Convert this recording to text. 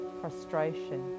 frustration